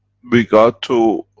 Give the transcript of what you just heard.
we got to,